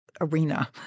arena